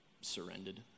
surrendered